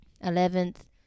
eleventh